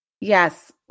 Yes